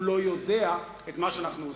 הוא לא יודע את מה שאנחנו עושים.